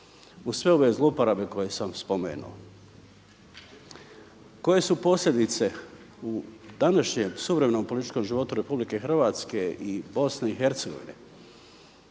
uz sve ove zloporabe koje sam spomenuo. Koje su posljedice u današnjem suvremenom političkom životu RH i BiH? Nesagledive, negativne